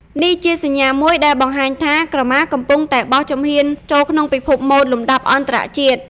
នេះជាសញ្ញាមួយដែលបង្ហាញថា ក្រមាកំពុងតែបោះជំហានចូលក្នុងពិភពម៉ូដលំដាប់អន្តរជាតិ។